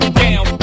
down